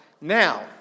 Now